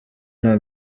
nta